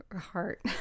heart